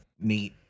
neat